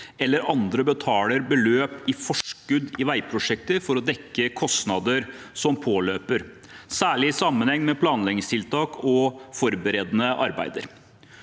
eller andre betaler et beløp i forskudd i veiprosjekter for å dekke kostnader som påløper, særlig i sammenheng med planleggingstiltak og forberedende arbeider.